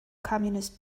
communist